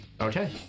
Okay